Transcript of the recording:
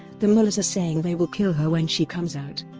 the mullahs are saying they will kill her when she comes out.